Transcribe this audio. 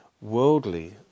worldly